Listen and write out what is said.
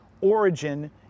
origin